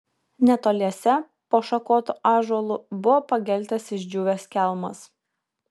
netoliese po šakotu ąžuolu buvo pageltęs išdžiūvęs kelmas